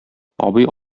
абый